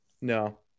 No